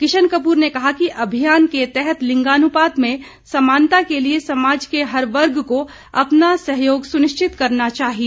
किशन कपूर ने कहा कि अभियान के तहत लिंगानुपात में समानता के लिए समाज के हर वर्ग को अपना सहयोग सुनिश्चित करना चाहिए